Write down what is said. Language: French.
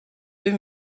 deux